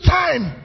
time